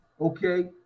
Okay